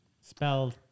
Spelled